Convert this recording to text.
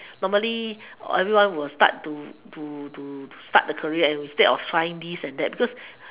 normally everyone will start to to to to start a career instead of find this and that because